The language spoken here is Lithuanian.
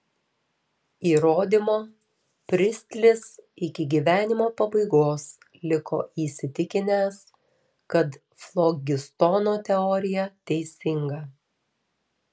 įrodymo pristlis iki gyvenimo pabaigos liko įsitikinęs kad flogistono teorija teisinga